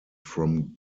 from